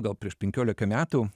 gal prieš penkiolika metų